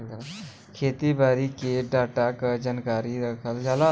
खेती बारी के डाटा क जानकारी रखल जाला